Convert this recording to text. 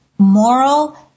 Moral